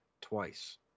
twice